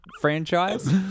franchise